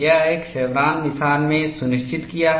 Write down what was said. यह एक शेवरॉन निशान में सुनिश्चित किया है